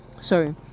sorry